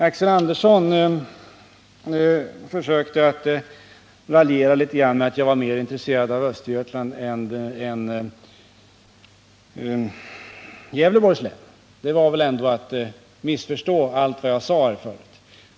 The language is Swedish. Axel Andersson försökte att raljera litet grand genom att säga att jag var mer intresserad av Östergötland än av Gävleborgs län. Det är väl ändå att missförstå allt vad jag tidigare har sagt!